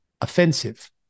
offensive